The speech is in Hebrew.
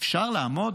אפשר לעמוד